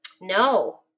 No